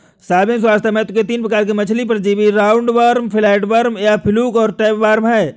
सार्वजनिक स्वास्थ्य महत्व के तीन प्रकार के मछली परजीवी राउंडवॉर्म, फ्लैटवर्म या फ्लूक और टैपवार्म है